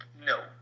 no